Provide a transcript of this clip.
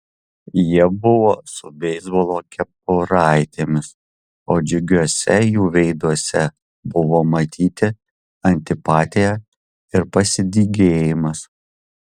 jie buvo su beisbolo kepuraitėmis o džiugiuose jų veiduose buvo matyti antipatija ir pasidygėjimas